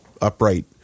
upright